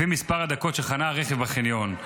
לפי מספר הדקות שחנה הרכב בחניון.